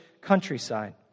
countryside